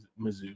Mizzou